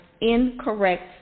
incorrect